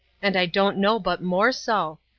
and i don't know but more so.